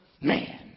Man